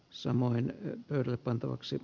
samoin epäröi pantavaksi